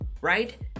right